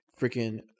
freaking